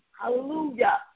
Hallelujah